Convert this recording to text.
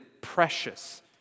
precious